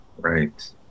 Right